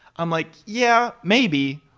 i'm like, yeah, maybe,